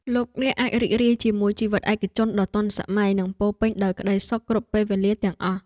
លោកអ្នកអាចរីករាយជាមួយជីវិតឯកជនដ៏ទាន់សម័យ និងពោរពេញដោយក្តីសុខគ្រប់ពេលវេលាទាំងអស់។